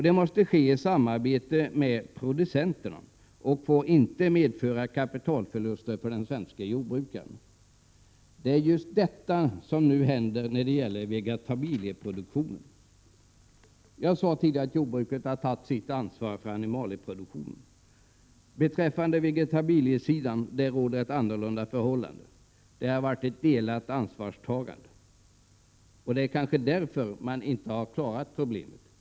Det måste ske i samarbete med producenterna och inte medföra kapitalförluster för den svenske jordbrukaren. Det är just detta som nu händer inom vegetabilieproduktionen. Jag sade tidigare att jordbruket hade tagit sitt ansvar för animalieproduktionen. På vegetabiliesidan råder ett annat förhållande. Där har ansvarstagandet varit delat. Det kanske är därför problemet inte har klarats.